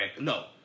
No